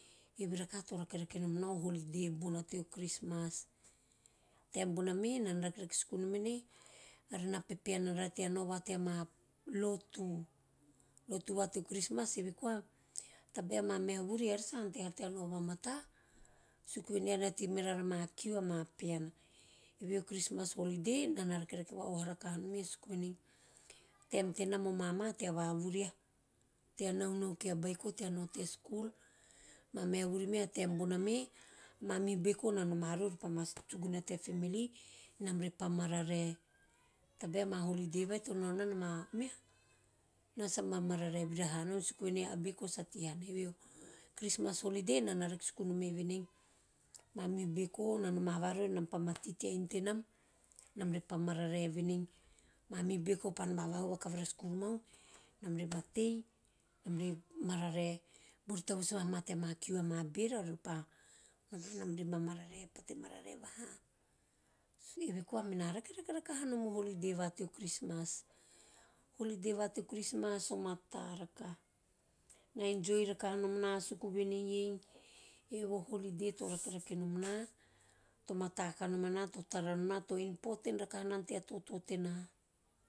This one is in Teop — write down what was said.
Eve rakaha to rakerake nom na o holiday bona teo christmas. Taem bona me enana rakerake suku vonom enei eara na pepeana rara tea nao teama lotu, lotu va teo christmas eve koa tabe mameha vuri eara sa ante hara tea nao vamata! Suku venei eara na tei miraraa ama kiu, ama piana. Evehe o christmas holiday enana rakerake va oha rakaha nome suku venei taem tenam o mama tea vavuriha, tea nahunahu kie a beiko tea nao tea skul, mameha vuri me a taem bona me mamihu beiko na noma rori ove pa ma sugsugana tea family enam repa mararae vira hamau suku venei a beiko sa tei vai hana. Evehe o christmas holiday enana rake suku nome venei mamihu beiko na noma voha rori nam re pa pate tei inu tenani, enam repa mararae venei mamihu beko pa noma vahau pa vakavara skuru mau enam re pa tei enam re mararae beori tavus vaha ma teama kiu ama bera ore pa, vuhunam re pa mararae pete, pate mararae vaha. Eve koa mena rakerake rakanom o holiday va teo christmas. Holiday va teo christmas o mata rakaha na enjoy rakaha nom na skul vene iei eve o holiday to rakerake nom na, to matakanomana, to tara nom na, to important rakaha nana tea toto tena.